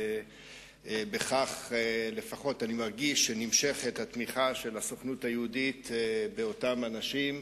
בכך לפחות אני מרגיש שנמשכת התמיכה של הסוכנות היהודית באותם אנשים,